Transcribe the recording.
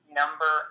number